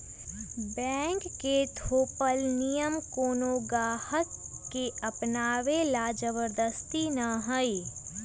bank के थोपल नियम कोनो गाहक के अपनावे ला जबरदस्ती न हई